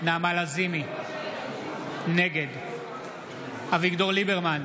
נעמה לזימי, נגד אביגדור ליברמן,